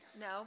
No